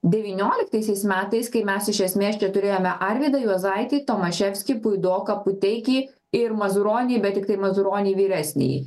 devynioliktaisiais metais kai mes iš esmės čia turėjome arvydą juozaitį tomaševskį puidoką puteikį ir mazuronį bet tiktai mazuronį vyresnįjį